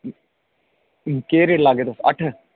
केह् रेट लाह्गे तुस अट्ठ